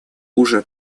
уже